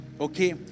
okay